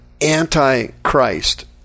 anti-Christ